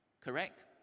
Correct